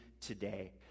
today